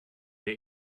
der